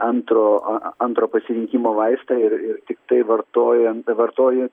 antro antro pasirinkimo vaistą ir tiktai vartojant vartoju